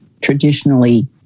traditionally